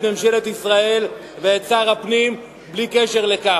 ממשלת ישראל ואת שר הפנים בלי קשר לזה.